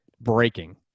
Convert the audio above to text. breaking